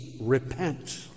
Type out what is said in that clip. repent